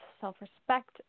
self-respect